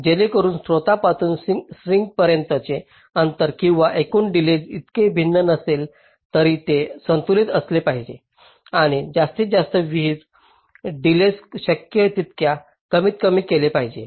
जेणेकरून स्त्रोतापासून सिंकपर्यंतचे अंतर किंवा एकूण डिलेज इतके भिन्न नसले तरी ते संतुलित असले पाहिजे आणि जास्तीत जास्त विहिर डिलेज शक्य तितक्या कमीतकमी कमी केला पाहिजे